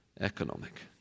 economic